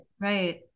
right